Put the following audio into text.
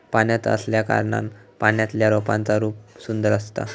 पाण्यात असल्याकारणान पाण्यातल्या रोपांचा रूप सुंदर असता